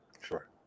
sure